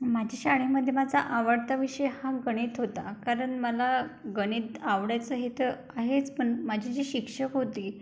माझ्या शाळेमध्ये माझा आवडता विषय हा गणित होता कारण मला गणित आवडायचं हे तर आहेच पण माझी जी शिक्षक होती